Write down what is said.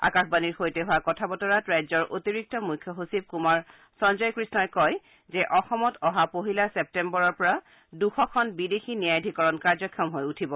আকাশবাণীৰ সৈতে হোৱা কথা বতৰাত ৰাজ্যৰ অতিৰিক্ত মুখ্য সচিব কুমাৰ সঞ্জয় কৃষ্ণই কয় যে অসমত অহা পহিলা ছেপ্তেম্বৰৰপৰা দুশখন বিদেশী ন্যায়াধীকৰণ কাৰ্যক্ষম হৈ উঠিব